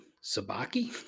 sabaki